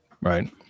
right